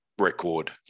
record